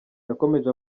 yakomeje